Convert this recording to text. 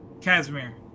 Casimir